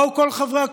באו כל חברי הקואליציה,